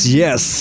yes